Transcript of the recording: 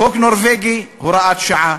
חוק נורבגי, הוראת שעה,